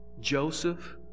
Joseph